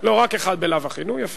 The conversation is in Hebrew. לא, רק אחד בלאו הכי, נו, יפה.